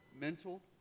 mental